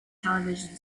television